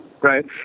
Right